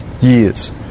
years